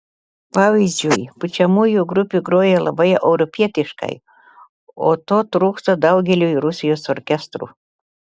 pavyzdžiui pučiamųjų grupė groja labai europietiškai o to trūksta daugeliui rusijos orkestrų